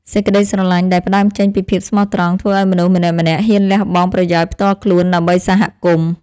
សេចក្តីស្រឡាញ់ដែលផ្ដើមចេញពីភាពស្មោះត្រង់ ធ្វើឱ្យមនុស្សម្នាក់ៗហ៊ានលះបង់ប្រយោជន៍ផ្ទាល់ខ្លួនដើម្បីសហគមន៍។